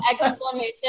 exclamation